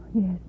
Yes